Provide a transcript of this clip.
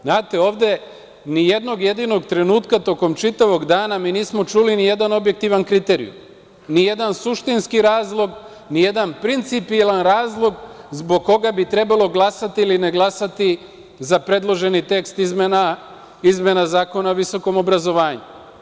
Znate, ovde nijednog jedinog trenutka tokom čitavog dana mi nismo čuli nijedan objektivan kriterijum, nijedan suštinski razlog, nijedan principijelan razlog zbog koga bi trebalo glasati ili ne glasati za predloženi tekst izmena Zakona o visokom obrazovanju.